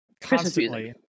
Constantly